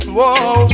Whoa